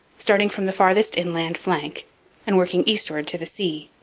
starting from the farthest inland flank and working eastward to the sea.